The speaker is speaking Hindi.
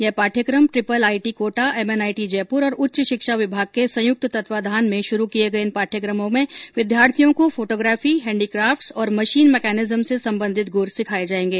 यह पाठ्यक्रम triple IT Kota MNIT Jaipur और उच्च शिक्षा विभाग के संयुक्त तत्वाधान में शुरू किये गये इन पाठ्यक्रमों में विद्यार्थियों को फोटोग्राफी हैण्डी क्रफ्टस और मशीन मैकेनिज्म से संबंधित गुर सिखाये जायेंगे